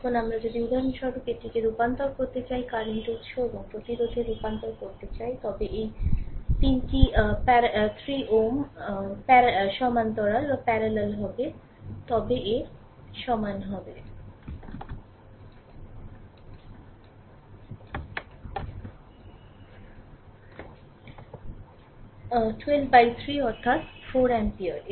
এখন আমরা যদি উদাহরণস্বরূপ এটি কে রূপান্তর করতে চাই কারেন্ট উত্স এবং প্রতিরোধে রূপান্তর করতে চায় তবে এই 3 Ω সমান্তরাল হবে তবে সমান হবে 12 বাই 3 অর্থাৎ 4 অ্যাম্পিয়ার